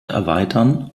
erweitern